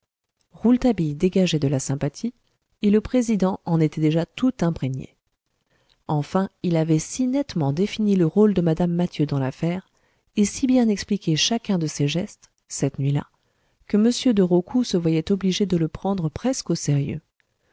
rouletabille dégageait de la sympathie et le président en était déjà tout imprégné enfin il avait si nettement défini le rôle de mme mathieu dans l'affaire et si bien expliqué chacun de ses gestes cette nuit-là que m de rocoux se voyait obligé de le prendre presque au sérieux